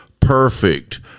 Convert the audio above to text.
Perfect